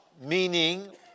meaning